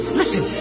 listen